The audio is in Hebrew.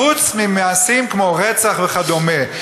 חוץ ממעשים כמו רצח וכדומה?